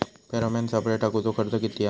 Pheromone सापळे टाकूचो खर्च किती हा?